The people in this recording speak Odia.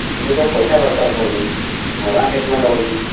ଏଠି ତ ପଇସା ଦରକାର ପଡ଼ୁନି ମାଗଣା ଟ୍ରିଟ୍ମେଣ୍ଟ୍ ହେଉଛି